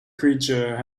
creature